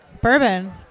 bourbon